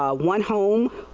ah one home,